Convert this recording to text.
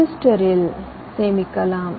ரெஜிஸ்டர்ரில் சேமிக்கலாம்